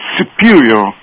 superior